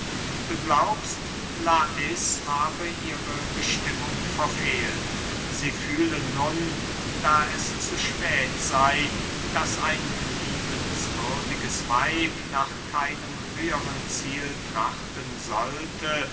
du glaubst lais habe ihre bestimmung verfehlt sie fühle nun da es zu spät sey daß ein liebenswürdiges weib nach keinem höheren ziel trachten sollte